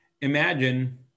Imagine